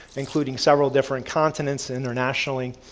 including several different continents internationally.